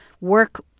work